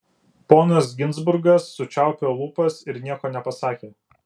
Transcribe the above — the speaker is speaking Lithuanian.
ponas ginzburgas sučiaupė lūpas ir nieko nepasakė